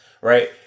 right